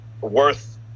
worth